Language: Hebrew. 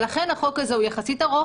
ולכן החוק הזה הוא יחסית ארוך.